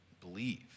believe